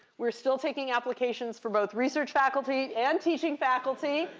we're still taking applications for both research faculty and teaching faculty.